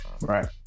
Right